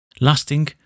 lasting